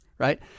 Right